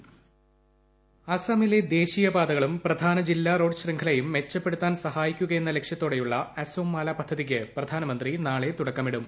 voice അസമിലെ ദേശീയ പാതകളും പ്രധാന ജില്ലാ റോഡ് ശൃംഖലയും മെച്ചപ്പെടുത്താൻ സഹായിക്കുകയെന്ന ലക്ഷ്യത്തോടെയുള്ള അസോം മാല പദ്ധതിയ്ക്ക് പ്രധാനമന്ത്രി നാളെ തുടക്കമിടും